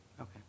Okay